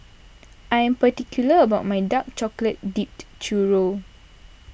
I am particular about my Dark Chocolate Dipped Churro